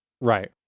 right